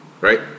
right